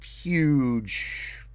huge